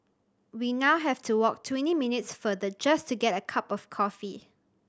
we now have to walk twenty minutes farther just to get a cup of coffee